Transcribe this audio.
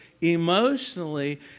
emotionally